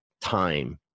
time